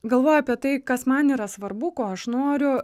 galvoju apie tai kas man yra svarbu ko aš noriu